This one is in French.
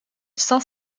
saint